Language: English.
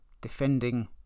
defending